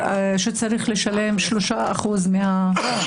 אשתמש בזמן הדיבור שלי לא לנושא חוק ההוצאה לפועל